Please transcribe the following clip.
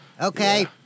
Okay